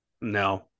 no